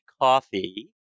coffee